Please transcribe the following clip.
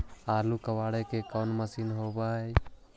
आलू कबाड़े के कोन मशिन होब है?